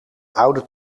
oude